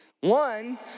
one